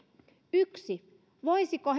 yksi voisiko